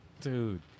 dude